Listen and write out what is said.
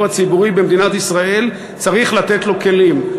הציבורי במדינת ישראל צריך לתת לו כלים.